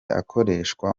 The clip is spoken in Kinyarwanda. akoreshwa